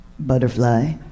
Butterfly